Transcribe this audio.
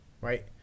right